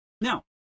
Now